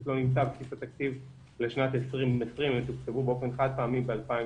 פשוט לא נמצא בבסיס התקציב לשנת 2020 והם תוקצבו באופן חד פעמי בשנת